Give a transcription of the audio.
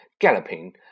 galloping